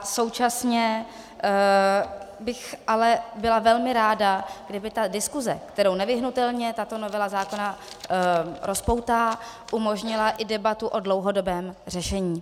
Současně bych ale byla velmi ráda, kdyby ta diskuze, kterou nevyhnutelně tato novela zákona rozpoutá, umožnila i debatu o dlouhodobém řešení.